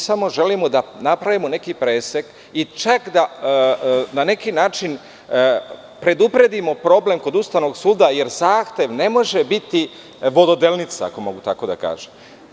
Samo želimo da napravimo neki presek i čak da na neki način predupredimo problem kod Ustavnog suda jer zahtev ne može biti vododelnica, ako mogu tako da kažem.